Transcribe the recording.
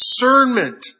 discernment